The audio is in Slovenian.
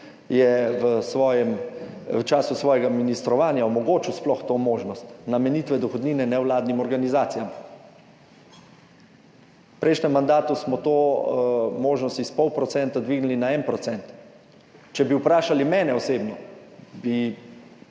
je v času svojega ministrovanja sploh omogočil to možnost namenitve dohodnine nevladnim organizacijam. V prejšnjem mandatu smo to možnost s pol procenta dvignili na en procent. Če bi vprašali mene osebno, bi